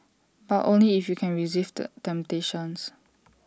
but only if you can resist temptations